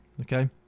Okay